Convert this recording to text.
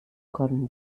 cordon